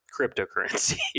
cryptocurrency